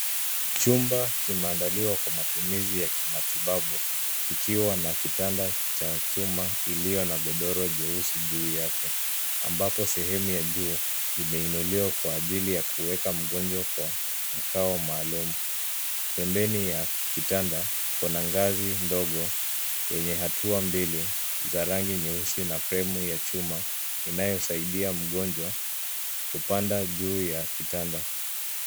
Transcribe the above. Chumba kimeandaliwa kwa matumizi ya kimatibabu kikiwa na kitanda cha chuma iliyo na godoro jeusi juu yake ambapo sehemu ya juu imeinuliwa kwa ajili ya kuweka mgonjwa kwa mkao maalumu. Pembeni ya kitanda kuna ngazi ndogo yenye hatua mbili za rangi nyeusi na fremu ya chuma inayosaidia mgonjwa kupanda juu ya kitanda.